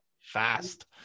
fast